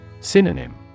Synonym